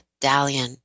Dalian